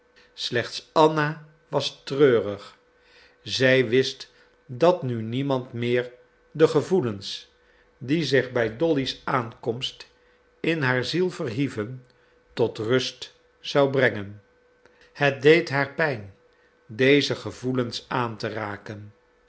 slechts anna was treurig zij wist dat nu niemand meer de gevoelens die zich bij dolly's aankomst in haar ziel verhieven tot rust zou brengen het deed haar pijn deze gevoelens aan te raken